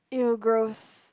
!eww! gross